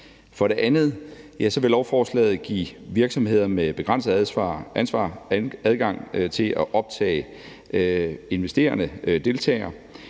For det andet vil lovforslaget give virksomheder med begrænset ansvar adgang til at optage investerende deltagere.